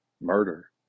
murder